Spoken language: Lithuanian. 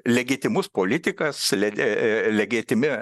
legitimus politikas le legitimi